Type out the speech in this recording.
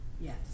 Yes